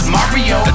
Mario